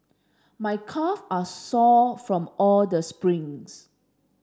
my calf are sore from all the sprints